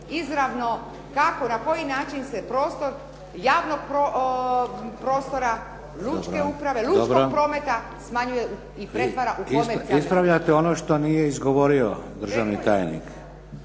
izravno kako, na koji način se prostor javnog prostora lučke uprave, lučkog prometa smanjuje i pretvara u komercijalne … /Govornici govore u isti